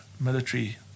military